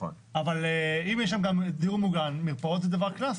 אם יש שם גם דיור מוגן, מרפאות זה דבר קלאסי.